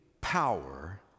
power